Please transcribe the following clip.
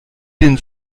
den